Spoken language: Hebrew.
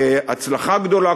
להצלחה גדולה,